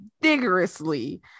vigorously